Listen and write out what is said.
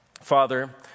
Father